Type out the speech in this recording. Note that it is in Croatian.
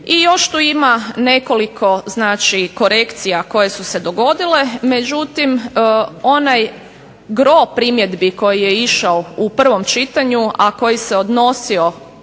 I još tu ima nekoliko, znači korekcija koje su se dogodile. Međutim, onaj gro primjedbi koji je išao u prvom čitanju, a koji se odnosio